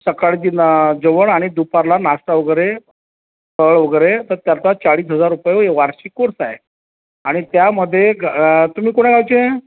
सकाळची ना जेवण आणि दुपारला नाश्ता वगैरे फळ वगैरे तर त्याचा चाळीस हजार रुपये होईल वार्षिक कोर्स आहे आणि त्यामध्ये ग तुम्ही कुण्या गावचे